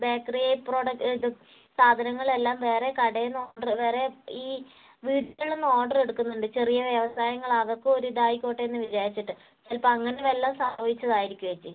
bakery product ഇത് സാധങ്ങൾ എല്ലാം വേറെ കടയിൽ നിന്ന് ഓർഡറ് വേറെ ഈ വീട്ടിൽ നിന്ന് ഓർഡറ് എടുക്കുന്നുണ്ട് ചെറിയ വ്യവസായങ്ങളുള്ളവർക്കും ഒരു ഇതായിക്കോട്ടേ എന്ന് വിചാരിച്ചിട്ട് ചിലപ്പോൾ അങ്ങനെ വല്ലതും സംഭവിച്ചതായിരിക്കും ഏച്ചി